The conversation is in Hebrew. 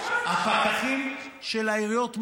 הפקחים של העיריות מאוימים,